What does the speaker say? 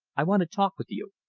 i want to talk with you.